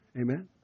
Amen